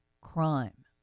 crime